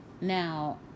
Now